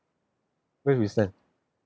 where we send